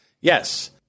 Yes